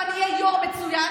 ואני אהיה יו"ר מצוין,